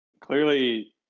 clearly